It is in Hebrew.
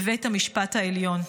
בבית המשפט העליון.